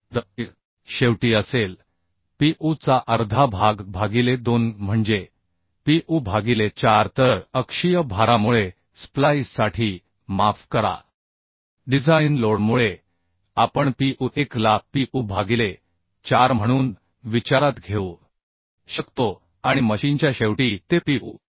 तर ते शेवटी असेल pu चा अर्धा भाग भागिले 2 म्हणजे pu भागिले 4 तर अक्षीय भारामुळे स्प्लाइससाठी माफ करा डिझाइन लोडमुळे आपण pu 1 ला pu भागिले 4 म्हणून विचारात घेऊ शकतो आणि मशीनच्या शेवटी ते pu